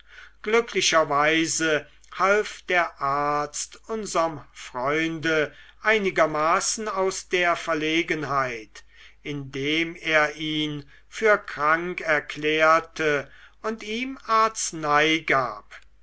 glücklicherweise half der arzt unserm freunde einigermaßen aus der verlegenheit indem er ihn für krank erklärte und ihm arznei gab